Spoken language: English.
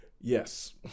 yes